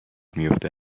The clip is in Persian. میفته